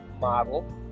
model